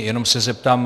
Jenom se zeptám.